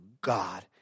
God